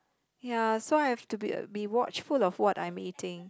ya so I have to be uh be watchful of what I'm eating